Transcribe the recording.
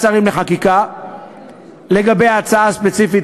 ואז אתה צריך מערך גבייה של הוצאה לפועל למאות אלפי צרכנים.